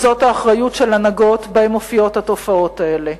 זאת האחריות של ההנהגות שבהן מופיעות התופעות האלה,